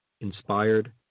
inspired